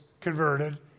converted